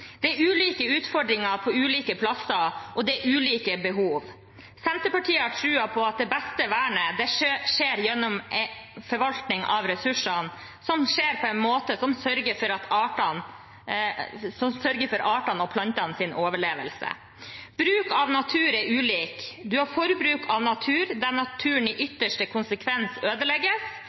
Det er ulike utfordringer på ulike plasser, og det er ulike behov. Senterpartiet har troen på at det beste vernet skjer gjennom en forvaltning av ressursene som skjer på en måte som sørger for artenes og plantenes overlevelse. Bruken av natur er ulik. Man har forbruk av natur, der naturen i ytterste konsekvens ødelegges,